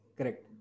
Correct